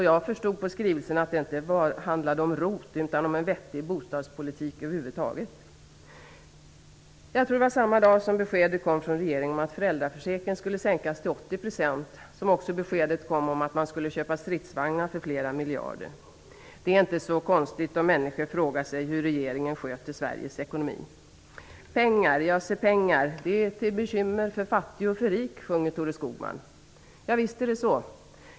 Jag förstår av skrivelsen att det inte bara handlar om ROT utan om en vettig bostadspolitik över huvud taget. Jag tror att det var samma dag som beskedet kom från regeringen att föräldraförsäkringen skulle sänkas till 80 % som också beskedet kom att vi skall köpa stridsvagnar för flera miljarder. Det är inte så konstigt om människor frågar sig hur regeringen sköter Sveriges ekonomi. Pengar, ja se pengar, är till bekymmer för fattig och rik, sjunger Thore Skogman. Ja, visst är det så.